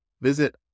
Visit